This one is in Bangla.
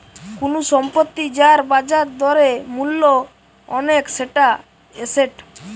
কুনু সম্পত্তি যার বাজার দরে মূল্য অনেক সেটা এসেট